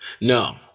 No